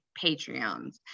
patreons